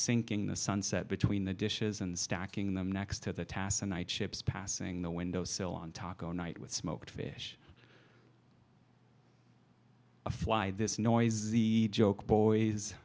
sinking the sunset between the dishes and stacking them next to the tasa night ships passing the window sill on taco night with smoked fish a fly this noisy joke boy